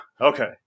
Okay